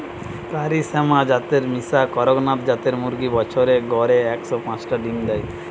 কারি শ্যামা জাতের মিশা কড়কনাথ জাতের মুরগি বছরে গড়ে একশ পাচটা ডিম দেয়